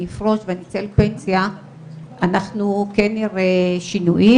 אפרוש ואני אצא לפנסיה אנחנו כן נראה שינויים.